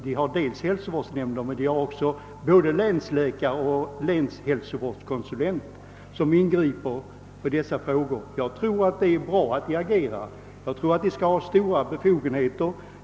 Där finns hälsovårdsnämnder liksom också länsläkare och länshälsovårdskonsulenter som kan ingripa i dylika frågor. Jag vet att det är bra att de agerar och tror också att de skall ha större befogenheter.